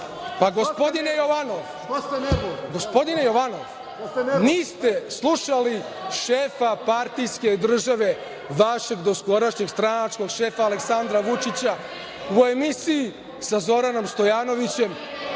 Pa, gospodine Jovanov, niste slušali šefa partijske države vašeg doskorašnjeg stranačkog šefa Aleksandra Vučića u emisiji sa Zoranom Stojanovićem